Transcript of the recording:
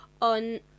on